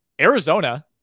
Arizona